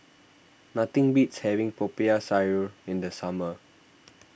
nothing beats having Popiah Sayur in the summer